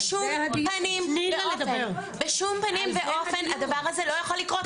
בשום פנים ואופן הדבר הזה לא יכול לקרות,